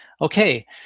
Okay